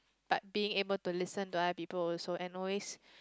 but being able to listen to other people also and always